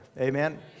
Amen